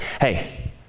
Hey